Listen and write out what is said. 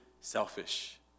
selfish